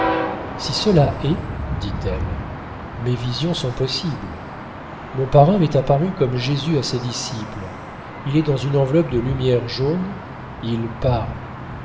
si cela est dit-elle mes visions sont possibles mon parrain m'est apparu comme jésus à ses disciples il est dans une enveloppe de lumière jaune il parle